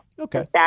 Okay